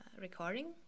recording